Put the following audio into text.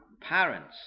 parents